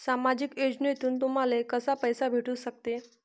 सामाजिक योजनेतून तुम्हाले कसा पैसा भेटू सकते?